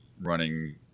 running